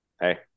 hey